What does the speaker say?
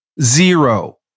Zero